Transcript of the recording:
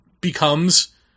becomes